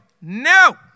no